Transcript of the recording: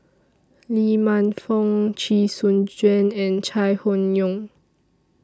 Lee Man Fong Chee Soon Juan and Chai Hon Yoong